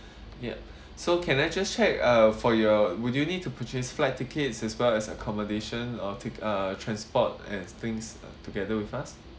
yup so can I just check uh for your would you need to purchase flight tickets as well as accommodation or take uh transport as things together with us